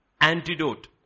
antidote